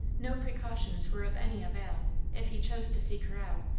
no precautions were of any avail if he chose to seek her out,